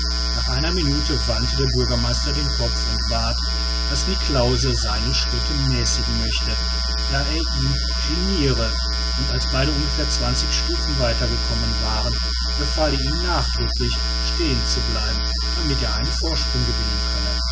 nach einer minute wandte der bürgermeister den kopf und bat daß niklausse seine schritte mäßigen möchte da er ihn genire und als beide ungefähr zwanzig stufen weiter gekommen waren befahl er ihm nachdrücklich stehen zu bleiben damit er einen vorsprung gewinnen könne